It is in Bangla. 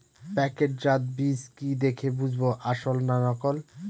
প্যাকেটজাত বীজ কি দেখে বুঝব আসল না নকল?